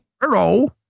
hello